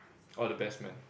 all the best [man]